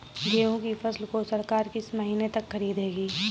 गेहूँ की फसल को सरकार किस महीने तक खरीदेगी?